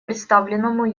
представленному